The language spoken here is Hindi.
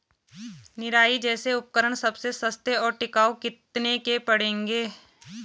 निराई जैसे उपकरण सबसे सस्ते और टिकाऊ कितने के पड़ेंगे?